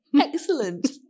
Excellent